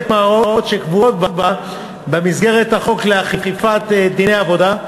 מההוראות שקבועות בה במסגרת החוק לאכיפת דיני עבודה.